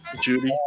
Judy